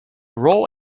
raw